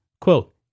Quote